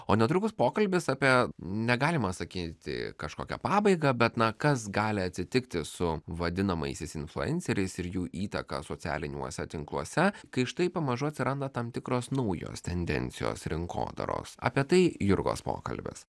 o netrukus pokalbis apie negalima sakyti kažkokią pabaigą bet na kas gali atsitikti su vadinamaisiais influenceriais ir jų įtaka socialiniuose tinkluose kai štai pamažu atsiranda tam tikros naujos tendencijos rinkodaros apie tai jurgos pokalbis